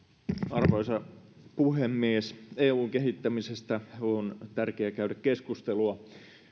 arvoisa puhemies eun kehittämisestä on tärkeää käydä keskustelua